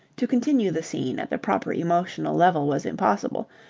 to continue the scene at the proper emotional level was impossible,